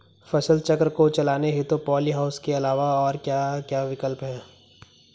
फसल चक्र को चलाने हेतु पॉली हाउस के अलावा और क्या क्या विकल्प हैं?